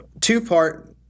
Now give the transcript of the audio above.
two-part